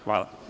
Hvala.